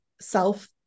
self